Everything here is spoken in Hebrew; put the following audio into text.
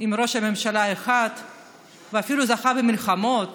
עם ראש ממשלה אחד ואפילו זכתה במלחמות